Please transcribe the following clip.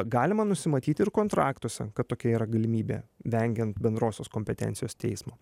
galima nusimatyti ir kontraktuose kad tokia yra galimybė vengiant bendrosios kompetencijos teismo